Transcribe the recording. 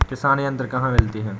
किसान यंत्र कहाँ मिलते हैं?